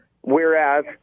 Whereas